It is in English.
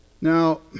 Now